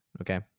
okay